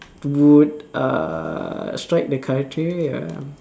would err strike the criteria